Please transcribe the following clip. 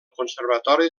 conservatori